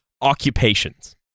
occupations